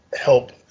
help